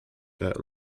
that